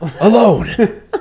alone